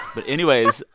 but anyways.